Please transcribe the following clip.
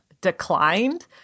declined